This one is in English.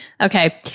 Okay